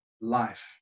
life